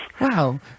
Wow